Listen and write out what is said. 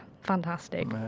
fantastic